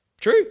true